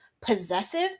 possessive